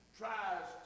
tries